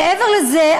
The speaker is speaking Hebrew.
מעבר לזה,